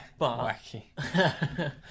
Wacky